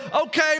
okay